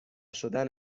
شدن